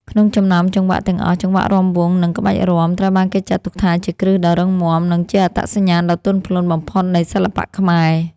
ក្នុងចំណោមចង្វាក់ទាំងអស់ ចង្វាក់រាំវង់ និងរាំក្បាច់ ត្រូវបានគេចាត់ទុកថាជាគ្រឹះដ៏រឹងមាំ និងជាអត្តសញ្ញាណដ៏ទន់ភ្លន់បំផុតនៃសិល្បៈខ្មែរ។